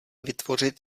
vytvořit